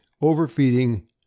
overfeeding